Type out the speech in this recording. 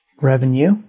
revenue